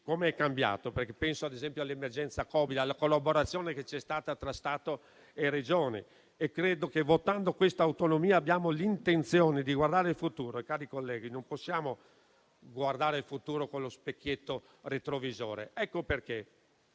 Com'è cambiato? Penso ad esempio all'emergenza Covid, alla collaborazione che c'è stata tra Stato e Regioni, e credo che votando quest'autonomia abbiamo l'intenzione di guardare al futuro. Colleghi, non possiamo guardare al futuro con lo specchietto retrovisore: ecco perché